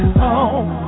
home